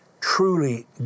truly